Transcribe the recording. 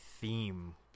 theme